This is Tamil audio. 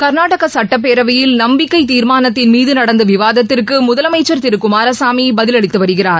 கர்நாடக சுட்டப்பேரவையில் நம்பிக்கைத் தீர்மானத்தின் மீது நடந்த விவாதத்திற்கு முதலமைச்சர் திரு குமாரசாமி பதிலளித்து வருகிறார்